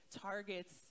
targets